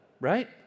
right